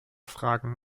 fragen